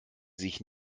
sich